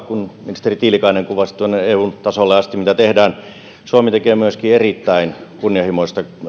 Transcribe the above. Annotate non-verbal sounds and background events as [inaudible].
[unintelligible] kun ministeri tiilikainen kuvasi eun tasolle asti mitä tehdään suomi tekee myöskin erittäin kunnianhimoista